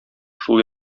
шул